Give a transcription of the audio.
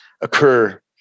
occur